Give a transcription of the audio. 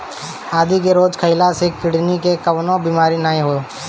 आदि के रोज खइला से किडनी के कवनो बीमारी ना होई